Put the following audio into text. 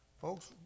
Folks